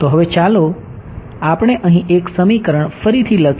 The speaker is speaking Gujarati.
તો હવે ચાલો આપણે અહીં એક સમીકરણ ફરીથી લખીએ